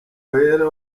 wera